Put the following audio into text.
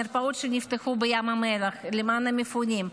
מרפאות שנפתחו בים המלח למען המפונים.